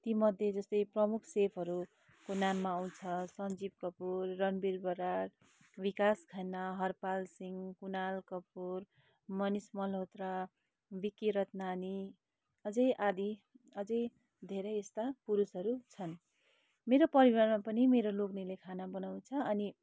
ति मध्यो जस्तै प्रमुख सेफहरूको नाममा आउँछ सन्जिब कपुर रनवीर बरार विकास खन्ना हरपाल सिंह कुनाल कपुर मनिस मलहोत्रा विक्की रत्नानी अझै आदि अझै धेरै यस्ता पुरुषहरू छन् मेरो परिवारमा पनि मेरो लेग्नेले खाना बनाउँछ अनि